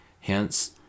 Hence